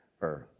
earth